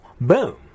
Boom